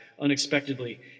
unexpectedly